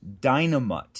Dynamut